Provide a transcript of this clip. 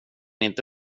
inte